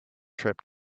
trip